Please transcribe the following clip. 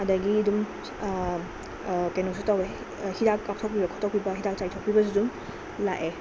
ꯑꯗꯒꯤ ꯑꯗꯨꯝ ꯀꯩꯅꯣꯁꯨ ꯇꯧꯋꯦ ꯍꯤꯗꯥꯛ ꯀꯥꯞꯊꯣꯛꯄꯤ ꯈꯣꯠꯇꯣꯛꯄꯤꯕ ꯍꯤꯗꯥꯛ ꯆꯥꯏꯊꯣꯛꯄꯤꯕꯁꯨ ꯑꯗꯨꯝ ꯂꯥꯛꯑꯦ